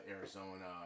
Arizona